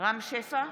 רם שפע,